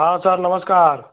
हाँ सर नमस्कार